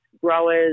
growers